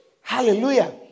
Hallelujah